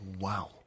Wow